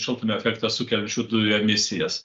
šiltnamio efektą sukeliančių dujų emisijas